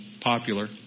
popular